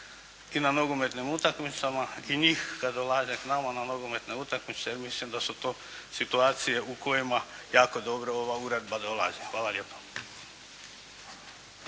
i na nogometnim utakmicama i njih kada dolaze k nama na nogometne utakmice, jer mislim da su to situacije u kojima jako dobro ova uredba dolazi. Hvala lijepo.